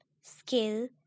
skill